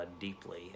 Deeply